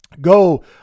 go